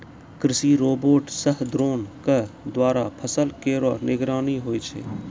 कृषि रोबोट सह द्रोण क द्वारा फसल केरो निगरानी होय छै